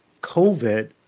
COVID